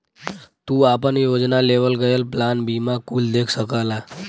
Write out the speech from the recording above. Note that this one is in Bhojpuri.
तू आपन योजना, लेवल गयल प्लान बीमा कुल देख सकला